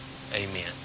Amen